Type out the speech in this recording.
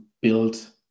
build